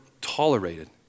tolerated